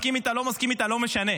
מסכים איתה, לא מסכים איתה, לא משנה.